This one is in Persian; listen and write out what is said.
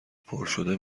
پرشده